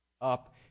up